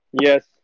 Yes